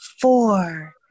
four